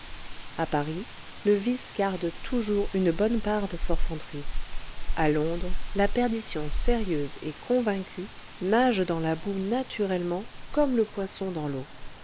a paris le vice garde toujours une bonne part de forfanterie à londres la perdition sérieuse et convaincue nage dans le boue naturellement comme le poisson dans l'eau